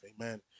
Amen